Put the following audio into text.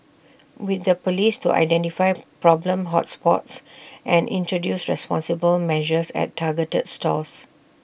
with the Police to identify problem hot spots and introduce responsible measures at targeted stores